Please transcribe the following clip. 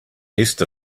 east